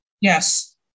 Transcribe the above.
Yes